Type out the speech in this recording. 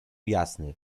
jasny